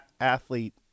athlete